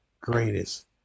greatest